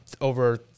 over